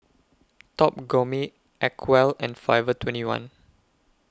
Top Gourmet Acwell and Forever twenty one